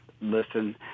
listen